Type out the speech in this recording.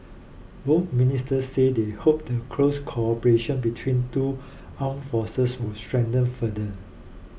both ministers said they hoped the close cooperation between two armed forces would strengthen further